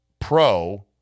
Pro